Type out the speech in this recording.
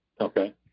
Okay